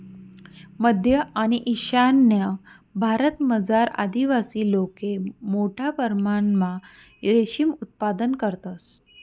मध्य आणि ईशान्य भारतमझार आदिवासी लोके मोठा परमणमा रेशीम उत्पादन करतंस